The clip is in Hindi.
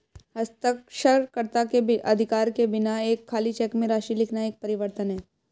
हस्ताक्षरकर्ता के अधिकार के बिना एक खाली चेक में राशि लिखना एक परिवर्तन है